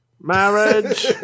Marriage